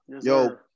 Yo